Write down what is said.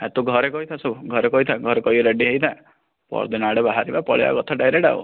ଆଉ ତୁ ଘରେ କହିଥା ସବୁ ଘରେ କହିଥା ଘରେ କହିକି ରେଡ଼ି ହେଇଥା ପହରଦିନ ଆଡ଼େ ବାହାରିବା ପଳେଇବା କଥା ଡାଇରେକ୍ଟ ଆଉ